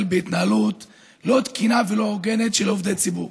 בהתנהלות לא תקינה ולא הוגנת של עובדי ציבור.